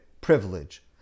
privilege